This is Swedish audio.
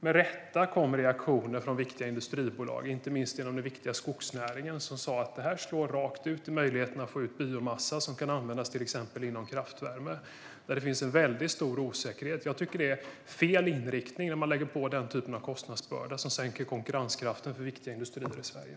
Med rätta kom reaktioner från viktiga industribolag, inte minst inom skogsnäringen, som sa att detta slår rakt mot möjligheterna att få ut biomassa, som kan användas inom till exempel kraftvärme. Där finns det en väldigt stor osäkerhet. Jag tycker att det är fel inriktning att man lägger på denna typ av kostnadsbörda, som sänker konkurrenskraften för viktiga industrier i Sverige.